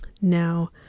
now